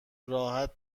راحت